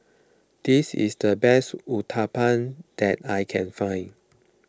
this is the best Uthapam that I can find